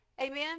Amen